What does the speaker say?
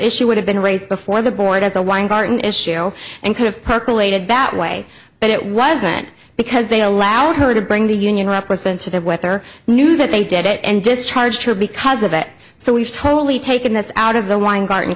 issue would have been raised before the board as a weingarten issue and could have percolated that way but it wasn't because they allowed her to bring the union representative with or knew that they did it and discharge her because of it so we've totally taken this out of the weingarten